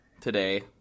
today